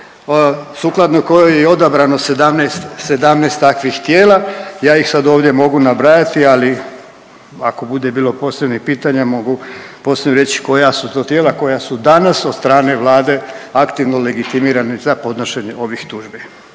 sukladno kojoj je i odabrano 17, 17 takvih tijela. Ja ih sad ovdje mogu nabrajati ali ako bude posebnih pitanja mogu poslije reći koja su to tijela koja su danas od strane Vlade aktivno legitimirani za podnošenje ovih tužbi.